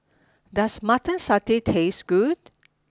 does Mutton Satay taste good